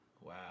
Wow